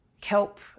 kelp